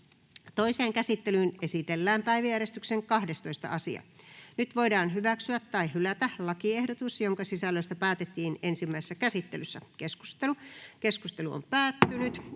Toiseen käsittelyyn esitellään päiväjärjestyksen 5. asia. Nyt voidaan hyväksyä tai hylätä lakiehdotus, jonka sisällöstä päätettiin ensimmäisessä käsittelyssä. — Keskustelu, edustaja